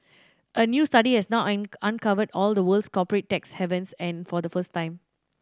a new study has now uncovered all the world's corporate tax havens and for the first time